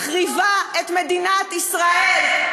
מחריבה את מדינת ישראל.